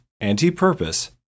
anti-purpose